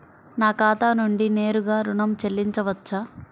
నా ఖాతా నుండి నేరుగా ఋణం చెల్లించవచ్చా?